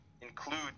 include